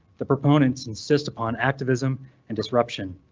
the proponents insist upon activism and disruption.